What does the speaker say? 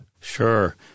Sure